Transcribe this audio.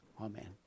Amen